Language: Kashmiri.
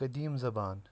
قدیٖم زبان